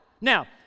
Now